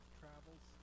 travels